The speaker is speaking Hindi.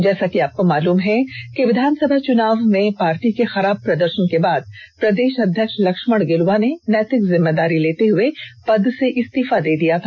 जैसा कि आपको मालूम है कि विधानसभा चुनाव में पार्टी के खराब प्रदर्षन के बाद प्रदेष अध्यक्ष लक्ष्मण गिलुवा ने नैतिक जिर्म्मेदारी लेते हुए पद से इस्तीफा दे दिया था